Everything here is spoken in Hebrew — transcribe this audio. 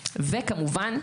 וכמובן,